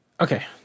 Okay